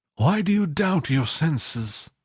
why do you doubt your senses?